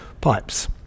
pipes